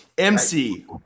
MC